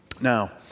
Now